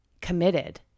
committed